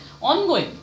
ongoing